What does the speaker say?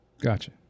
Gotcha